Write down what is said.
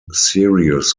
serious